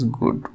good